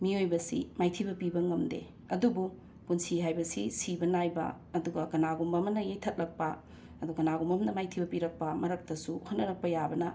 ꯃꯤꯌꯣꯏꯕꯁꯤ ꯃꯥꯏꯊꯤꯕ ꯄꯤꯕ ꯉꯝꯗꯦ ꯑꯗꯨꯕꯨ ꯄꯨꯟꯁꯤ ꯍꯥꯏꯕꯁꯤ ꯁꯤꯕ ꯅꯥꯏꯕ ꯑꯗꯨꯒ ꯀꯅꯥꯒꯨꯝꯕ ꯑꯃꯅ ꯌꯩꯊꯠꯂꯛꯄ ꯑꯗꯨ ꯀꯅꯥꯒꯐꯨꯝꯕ ꯑꯝꯅ ꯃꯥꯏꯊꯤꯕ ꯄꯤꯔꯛꯄ ꯃꯔꯛꯇꯁꯨ ꯍꯣꯠꯅꯔꯛꯄ ꯌꯥꯕꯅ